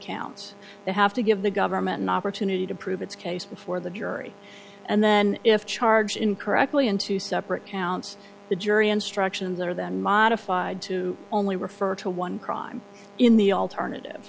counts they have to give the government an opportunity to prove its case before the jury and then if charged incorrectly in two separate counts the jury instructions are then modified to only refer to one crime in the alternative